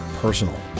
personal